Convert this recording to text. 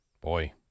boy